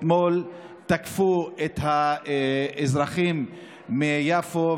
אתמול תקפו את האזרחים מיפו,